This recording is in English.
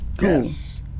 yes